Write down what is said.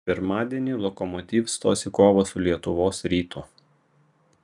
pirmadienį lokomotiv stos į kovą su lietuvos rytu